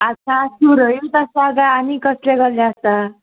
आतां सुरयूच आसा गाय आनी कसले कसले आसा